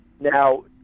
now